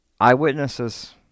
eyewitnesses